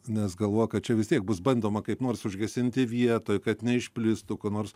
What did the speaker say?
nes galvoja kad čia vis tiek bus bandoma kaip nors užgesinti vietoj kad neišplistų kur nors